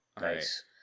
Nice